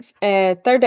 third